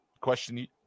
question